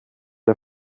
der